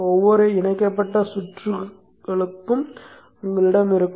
ஒவ்வொரு இணைக்கப்பட்ட கூறுகளுக்கும் உங்களிடம் இருக்கும்